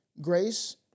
grace